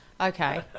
okay